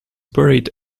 buried